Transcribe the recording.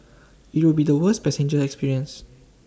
IT would be the worst passenger experience